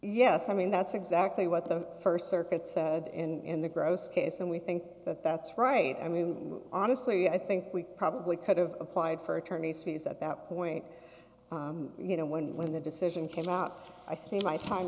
yes i mean that's exactly what the st circuit said in the gross case and we think that that's right i mean honestly i think we probably could have applied for attorney's fees at that point you know when when the decision came out i say my time